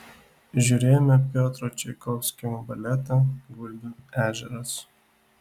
žiūrėjome piotro čaikovskio baletą gulbių ežeras